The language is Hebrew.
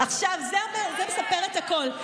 עכשיו, זה מספר את הכול.